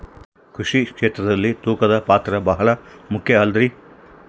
ಕೃಷಿ ಕ್ಷೇತ್ರದಲ್ಲಿ ತೂಕದ ಪಾತ್ರ ಬಹಳ ಮುಖ್ಯ ಅಲ್ರಿ?